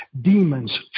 demons